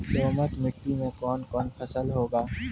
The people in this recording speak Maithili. दोमट मिट्टी मे कौन कौन फसल होगा?